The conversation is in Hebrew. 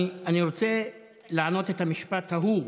אני רוצה לענות את המשפט ההוא,